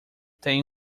tem